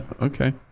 Okay